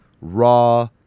raw